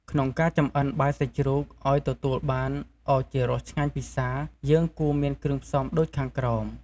ក្នុងការចម្អិនបាយសាច់ជ្រូក ឱ្យទទួលបានឱជារសឆ្ងាញ់ពិសា យើងគួរមានគ្រឿងផ្សំដូចខាងក្រោម។